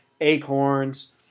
Acorns